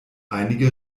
einige